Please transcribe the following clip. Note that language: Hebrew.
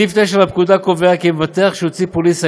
סעיף 9 לפקודה קובע כי מבטח שהוציא פוליסה